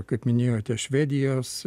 kaip minėjote švedijos